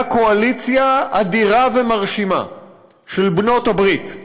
קואליציה אדירה ומרשימה של בעלות הברית.